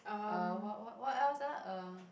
uh what what what else ah uh